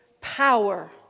power